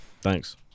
Thanks